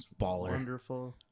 baller